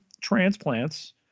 transplants